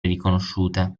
riconosciute